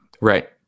right